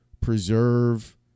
preserve